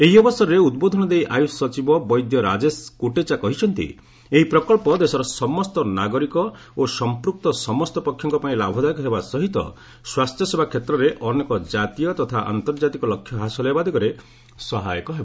ଏହି ଅବସରରେ ଉଦ୍ବୋଧନ ଦେଇ ଆୟୁଷ ସଚିବ ବୈଦ୍ୟ ରାଜେଶ କୋଟେଚା କହିଛନ୍ତି ଏହି ପ୍ରକଳ୍ପ ଦେଶର ସମସ୍ତ ନାଗରିକ ଓ ସମ୍ପୃକ୍ତ ସମସ୍ତ ପକ୍ଷଙ୍କ ପାଇଁ ଲାଭ ଦାୟକ ହେବା ସହିତ ସ୍ୱାସ୍ଥ୍ୟ ସେବା କ୍ଷେତ୍ରରେ ଅନେକ ଜାତୀୟ ତଥା ଆନ୍ତର୍ଜାତିକ ଲକ୍ଷ୍ୟ ହାସଲ ହେବା ଦିଗରେ ସହାୟକ ହେବ